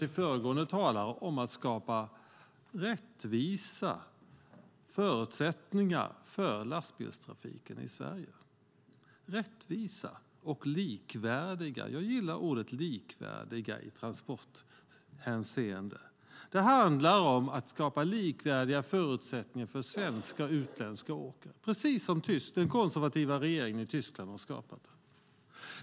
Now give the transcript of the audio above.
Det här handlar om att skapa rättvisa och likvärdiga förutsättningar för lastbilstrafiken i Sverige. Jag gillar ordet likvärdiga i transporthänseende. Det handlar om att skapa likvärdiga förutsättningar för svenska och utländska åkare, precis som den konservativa regeringen i Tyskland har skapat.